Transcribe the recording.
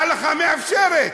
וההלכה מאפשרת.